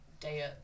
day